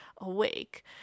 awake